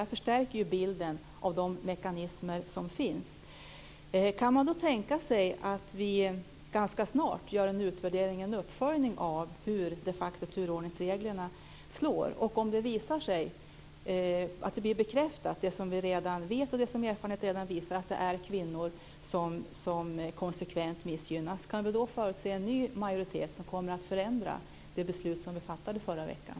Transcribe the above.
Det förstärker ju bilden av de mekanismer som finns. Kan man då tänka sig att det ganska snart görs en uppföljning av hur turordningsreglerna de facto slår? Och om det visar sig att det som vi redan vet - att det är kvinnor som konsekvent missgynnas - blir bekräftat, kan vi då förutse en ny majoritet som kommer att ändra det beslut som fattades förra veckan?